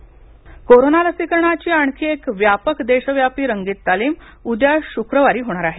लसीकरण रंगीततालीम कोरोना लसीकरणाची आणखी एक व्यापक देशव्यापी रंगीत तालीम उद्या शुक्रवारी होणार आहे